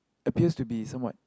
appears to be somewhat